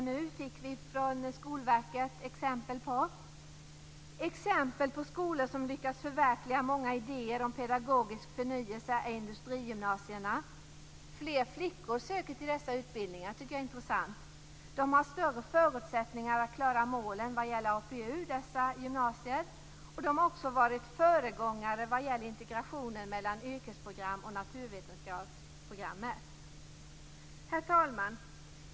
Det fick vi exempel på från Skolverket. Exempel på skolor som lyckats förverkliga många idéer om pedagogisk förnyelse är industrigymnasierna. Fler flickor söker till dessa utbildningar. Det tycker jag är intressant. Dessa gymnasier har större förutsättningar att klara målen vad gäller APU. De har också varit föregångare vad gäller integrationen mellan yrkesprogram och naturvetenskapsprogrammet. Herr talman!